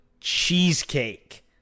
cheesecake